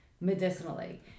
medicinally